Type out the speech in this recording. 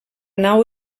nau